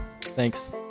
thanks